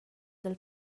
dal